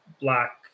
black